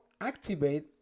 activate